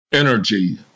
energy